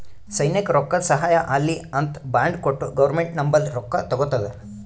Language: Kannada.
ಸೈನ್ಯಕ್ ರೊಕ್ಕಾದು ಸಹಾಯ ಆಲ್ಲಿ ಅಂತ್ ಬಾಂಡ್ ಕೊಟ್ಟು ಗೌರ್ಮೆಂಟ್ ನಂಬಲ್ಲಿ ರೊಕ್ಕಾ ತಗೊತ್ತುದ